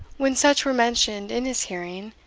when such were mentioned in his hearing,